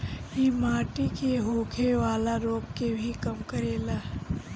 इ माटी से होखेवाला रोग के भी कम करेला